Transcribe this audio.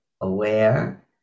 aware